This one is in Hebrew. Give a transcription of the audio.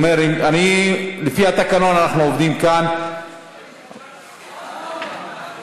שאני עשר דקות והיא חמש דקות,